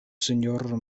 sinjoro